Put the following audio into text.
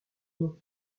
nom